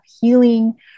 healing